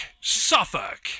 Suffolk